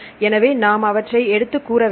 எனவே நாம் அவற்றை எடுத்துக் கூறவேண்டும்